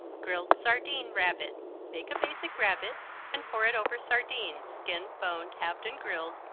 grilled sardine rabbit make a basic rabbit and pour it over sardines, skinned, boned, halved and grilled,